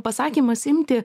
pasakymas imti